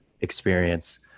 experience